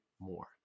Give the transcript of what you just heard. more